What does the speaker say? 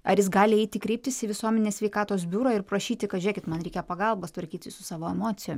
ar jis gali eiti kreiptis į visuomenės sveikatos biurą ir prašyti kad žiūrėkit man reikia pagalbos tvarkytis su savo emocijom